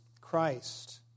Christ